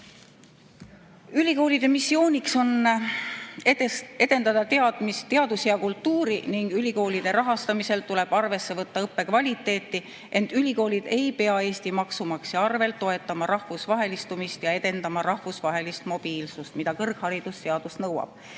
Ülikoolide missiooniks on edendada teadust ja kultuuri ning ülikoolide rahastamisel tuleb arvesse võtta õppe kvaliteeti. Ent ülikoolid ei pea Eesti maksumaksja arvel toetama rahvusvahelistumist ega edendama rahvusvahelist mobiilsust, mida kõrgharidusseadus nõuab.